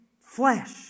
flesh